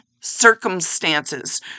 circumstances